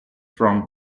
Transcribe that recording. from